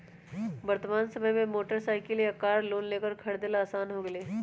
वर्तमान समय में मोटर साईकिल या कार लोन लेकर खरीदे ला आसान हो गयले है